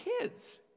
kids